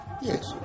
Yes